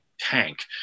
tank